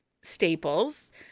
staples